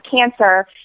cancer